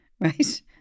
right